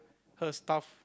her stuff